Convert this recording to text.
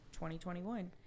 2021